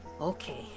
Okay